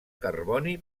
carboni